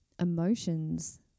emotions